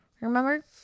Remember